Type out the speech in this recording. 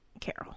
carol